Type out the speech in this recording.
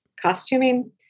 costuming